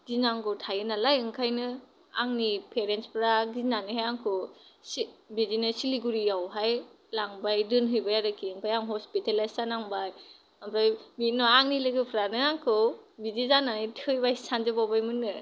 गिनांगौ थायो नालाय ओंखायनो आंनि पेरेन्टसफ्रा गिनानै हाय आंखौ बिदिनो सिलिगुरियावहाय लांबाय दोनहैबाय आरोखि ओमफाय आं हस्पिटेलाइस जानांबाय ओमफाय बिनि उनाव आंनि लोगोफ्रानो आंखौ बिदि जानानै थैबायसो सानजोब बावबायमोन नो